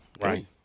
Right